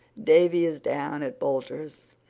davy is down at boulters'.